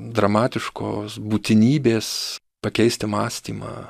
dramatiškos būtinybės pakeisti mąstymą